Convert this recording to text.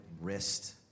wrist